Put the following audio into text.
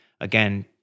again